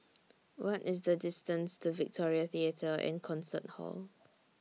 What IS The distance to Victoria Theatre and Concert Hall